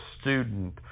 student